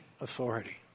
authority